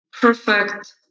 perfect